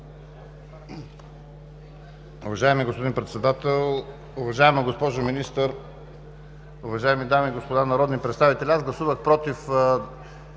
Уважаеми господин Председател, уважаема госпожо Министър, уважаеми дами и господа народни представители! Аз гласувах против